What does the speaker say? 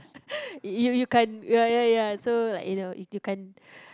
you you can't ya ya ya so like you know you you can't